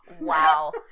Wow